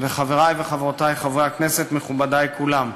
חברי וחברותי חברי הכנסת, מכובדי כולם,